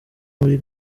muri